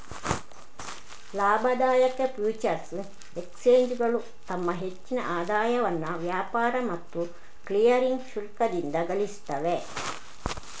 ಲಾಭದಾಯಕ ಫ್ಯೂಚರ್ಸ್ ಎಕ್ಸ್ಚೇಂಜುಗಳು ತಮ್ಮ ಹೆಚ್ಚಿನ ಆದಾಯವನ್ನ ವ್ಯಾಪಾರ ಮತ್ತು ಕ್ಲಿಯರಿಂಗ್ ಶುಲ್ಕದಿಂದ ಗಳಿಸ್ತವೆ